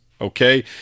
okay